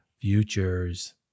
futures